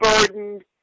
burdened